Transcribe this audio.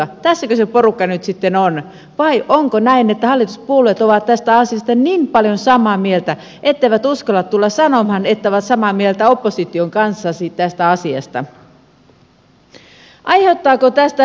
tässäkö se porukka nyt sitten on vai onko näin että hallituspuolueet ovat tästä asiasta niin paljon samaa mieltä etteivät uskalla tulla sanomaan että ovat samaa mieltä opposition kanssa tästä asiasta